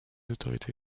autorités